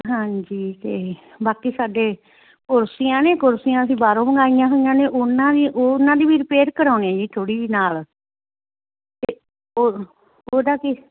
ਹਾਂਜੀ ਅਤੇ ਬਾਕੀ ਸਾਡੇ ਕੁਰਸੀਆਂ ਨੇ ਕੁਰਸੀਆਂ ਅਸੀਂ ਬਾਹਰੋਂ ਮੰਗਵਾਈਆਂ ਹੋਈਆਂ ਨੇ ਉਹਨਾਂ ਵੀ ਉਹਨਾਂ ਦੀ ਵੀ ਰਿਪੇਅਰ ਕਰਾਉਣੀ ਜੀ ਥੋੜ੍ਹੀ ਜਿਹੀ ਨਾਲ ਅਤੇ ਉਹ ਉਹਦਾ ਕੀ